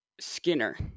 Skinner